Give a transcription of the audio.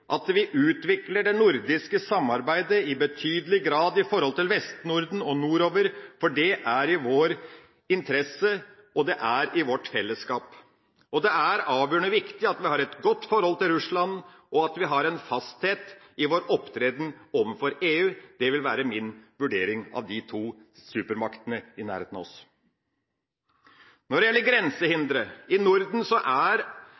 at vi utvikler det nordiske samarbeidet med Vest-Norden og nordover i betydelig grad, for det er i vår interesse, og det er i vårt fellesskap. Det er også avgjørende viktig at vi har et godt forhold til Russland, og at vi har en fasthet i vår opptreden overfor EU. Det vil være min vurdering av de to supermaktene i nærheten av oss. Når det gjelder grensehindre i Norden, er